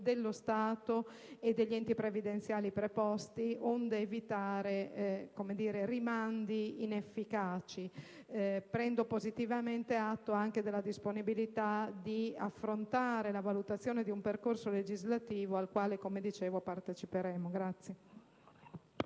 dello Stato e degli enti previdenziali preposti, onde evitare rimandi inefficaci. Prendo positivamente atto anche della disponibilità di affrontare la valutazione di un percorso legislativo, al quale parteciperemo.